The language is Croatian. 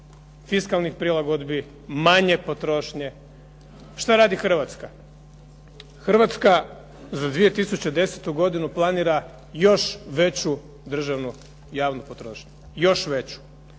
fiskalnih prilagodbi, manje potrošnje. Šta radi Hrvatska? Hrvatska za 2010. godinu planira još veću državnu javnu potrošnju. Još veću.